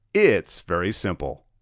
it's very simple.